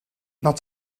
not